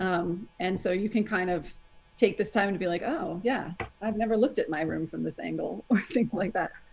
um and so you can kind of take this time to be like, oh, yeah, i've never looked at my room from this angle. things like that.